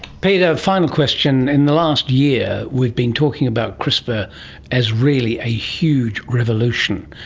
peter, a final question, in the last year we've been talking about crispr as really a huge revolution.